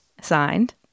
Signed